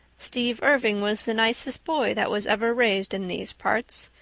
steve irving was the nicest boy that was ever raised in these parts,